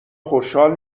خوشحال